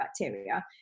bacteria